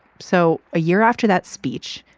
so a year after that speech,